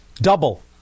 Double